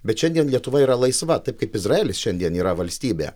bet šiandien lietuva yra laisva taip kaip izraelis šiandien yra valstybė